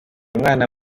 umwana